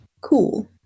Cool